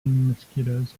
mosquitoes